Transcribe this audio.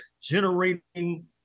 generating